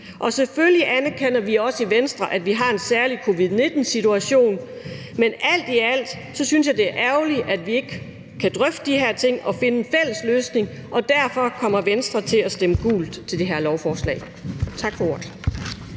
Selvfølgelig anerkender vi også i Venstre, at vi har en særlig covid-19-situation, men alt i alt synes jeg, det er ærgerligt, at vi ikke kan drøfte de her ting og finde en fælles løsning, og derfor kommer Venstre til at stemme gult til det her lovforslag. Tak for ordet.